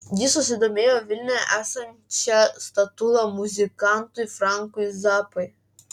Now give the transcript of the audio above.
jie susidomėjo vilniuje esančia statula muzikantui frankui zappai